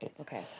Okay